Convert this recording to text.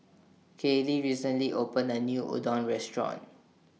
Kaylee recently opened A New Udon Restaurant